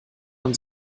man